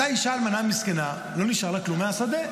אותה אישה אלמנה מסכנה, לא נשאר לה כלום מהשדה.